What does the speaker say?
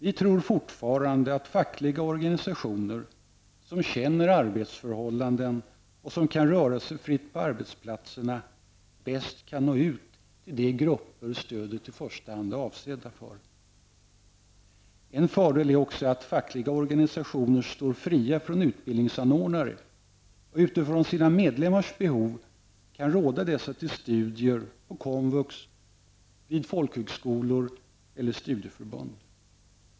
Vi tror fortfarande att fackliga organisationer, som känner arbetsförhållandena och som kan röra sig fritt på arbetsplatserna, bäst kan nå ut till de grupper som stödet i första hand är avsett för. En fördel är också att de fackliga organisationerna står fria från utbildningsanordnare och utifrån sina medlemmars behov kan råda dessa till studier på komvux, vid folkhögskolor eller studieförbund.